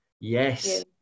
yes